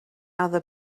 other